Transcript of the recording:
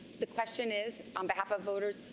the question is, on but of voters,